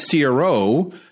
CRO